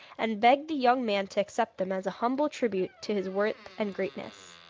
and begged the young man to accept them as a humble tribute to his worth and greatness.